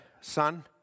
son